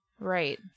Right